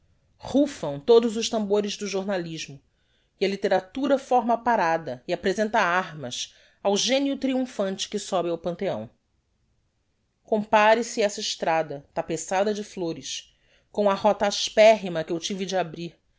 rufam todos os tambores do jornalismo e a litteratura forma parada e apresenta armas ao genio trimphante que sobe ao pantheon compare se essa estrada tapeçada de flores tom a rota asperrima que eu tive de abrir